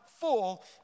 full